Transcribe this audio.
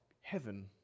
heaven